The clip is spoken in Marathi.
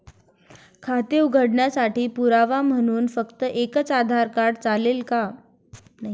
खाते उघडण्यासाठी पुरावा म्हणून फक्त एकच आधार कार्ड चालेल का?